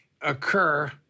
occur